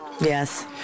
Yes